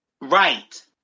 Right